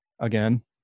again